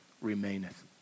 remaineth